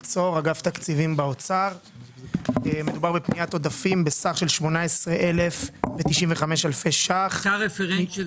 מדובר בפניית עודפים בסך 18,090 אלפי ₪ משנת התקציב